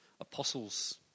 apostles